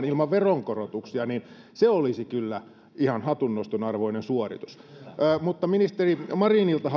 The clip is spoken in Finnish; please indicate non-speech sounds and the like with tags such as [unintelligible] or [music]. [unintelligible] ilman veronkorotuksia niin se olisi kyllä ihan hatunnoston arvoinen suoritus ministeri marinilta [unintelligible]